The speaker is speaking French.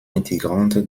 intégrante